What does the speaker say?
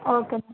okay